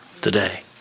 today